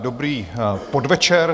Dobrý podvečer.